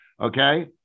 okay